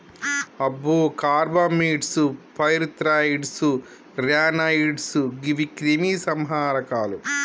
అబ్బో carbamates, pyrethroids, ryanoids గీవి క్రిమి సంహారకాలు